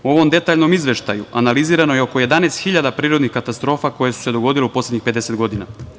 U ovom detaljnom izveštaju analizirano je oko 11.000 prirodnih katastrofa koje su se dogodile u poslednjih 50 godina.